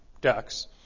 ducks